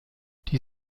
die